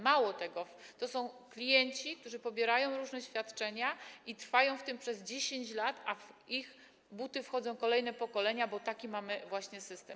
Mało tego, to są klienci, którzy pobierają różne świadczenia i trwają w tym przez 10 lat, a w ich buty wchodzą kolejne pokolenia, bo taki mamy właśnie system.